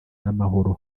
n’amahoro